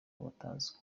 batazwi